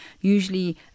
Usually